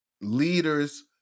leaders